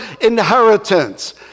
inheritance